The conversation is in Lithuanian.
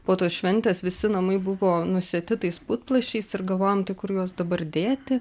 po tos šventės visi namai buvo nusėti tais putplasčiais ir galvojom tai kur juos dabar dėti